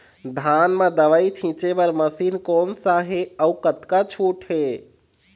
धान म दवई छींचे बर मशीन कोन सा हे अउ कतका छूट हे?